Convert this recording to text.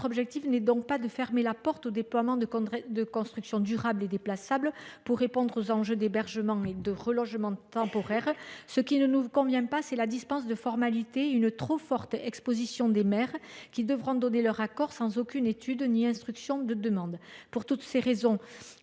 Notre objectif n’est donc pas de fermer la porte au déploiement de constructions durables et déplaçables pour répondre aux enjeux d’hébergement et de relogement temporaires. En revanche, la dispense de formalité et une trop forte exposition des maires qui devront donner leur accord sans aucune étude ni instruction de demande ne nous conviennent